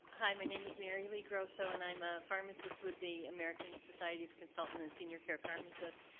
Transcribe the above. hi, my name is marylee grosso, and i'm a pharmacist with the american society of consultant and senior care pharmacists,